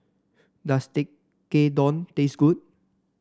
does Tekkadon taste good